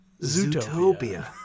Zootopia